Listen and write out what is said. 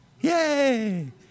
Yay